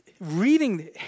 Reading